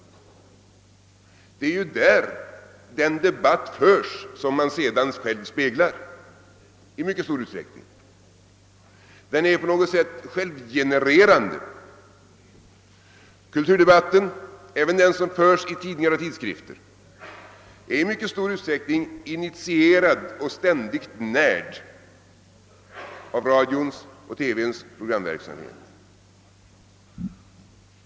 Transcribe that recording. Det är ju där den debatt förs som man sedan själv speglar i mycket stor utsträckning. Den är på något sätt självgenererande. Kulturdebatten — även den som förs i tidningar och tidskrifter — är i mycket stor utsträckning initierad och ständigt närd av radions och TV:ns programverksamhet.